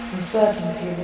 Uncertainty